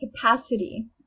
capacity